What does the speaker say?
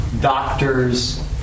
doctors